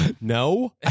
No